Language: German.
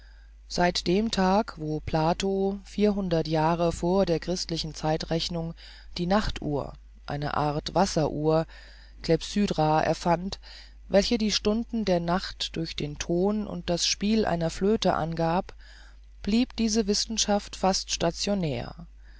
seit dem tage wo plato vierhundert jahre vor der christlichen zeitrechnung die nachtuhr eine art wasseruhr klepsydra erfand welche die stunden der nacht durch den ton und das spiel einer flöte angab blieb diese wissenschaft fast stationär